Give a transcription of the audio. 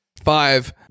five